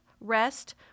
rest